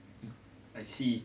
um I see